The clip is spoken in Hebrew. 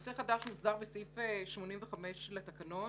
נושא חדש מוסדר בסעיף 85 לתקנון,